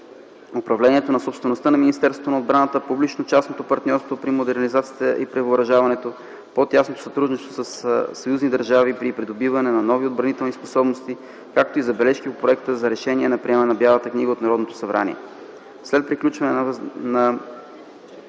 управлението на собствеността на Министерството на отбраната, публично-частното партньорство при модернизацията и превъоръжаването, по-тясното сътрудничество със съюзнически държави при придобиване на нови отбранителни способности, както и забележки по проекта за решение за приемане на Бялата книга от Народното събрание.